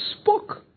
spoke